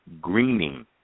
greening